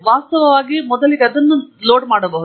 ವಾಸ್ತವವಾಗಿ ನಾವು ಮೊದಲಿಗೆ ಅದನ್ನು ಲೋಡ್ ಮಾಡಬಹುದು